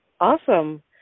Awesome